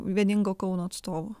vieningo kauno atstovų